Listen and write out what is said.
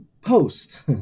post